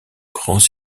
grands